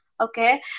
okay